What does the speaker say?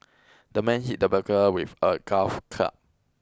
the man hit the burglar with a gulf club